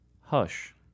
Hush